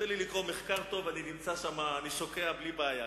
תן לי לקרוא מחקר טוב, אני שוקע בזה בלי בעיה.